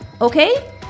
okay